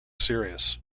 serious